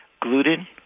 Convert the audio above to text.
gluten